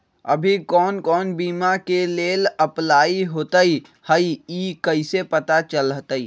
अभी कौन कौन बीमा के लेल अपलाइ होईत हई ई कईसे पता चलतई?